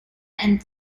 and